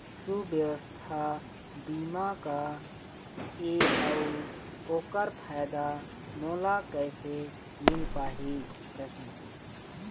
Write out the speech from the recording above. सुवास्थ बीमा का ए अउ ओकर फायदा मोला कैसे मिल पाही?